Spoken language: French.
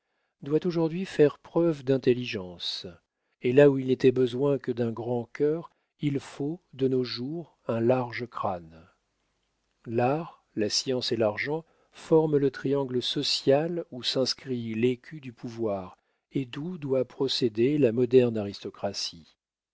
doit aujourd'hui faire preuve d'intelligence et là où il n'était besoin que d'un grand cœur il faut de nos jours un large crâne l'art la science et l'argent forment le triangle social où s'inscrit l'écu du pouvoir et d'où doit procéder la moderne aristocratie